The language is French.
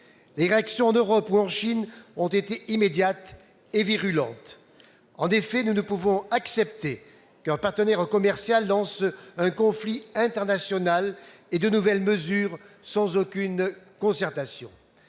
Les réactions en Europe ou en Chine ont été immédiates et virulentes. En effet, nous ne pouvons accepter qu'un partenaire commercial lance un conflit international et de nouvelles mesures sans aucune concertation.